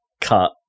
cut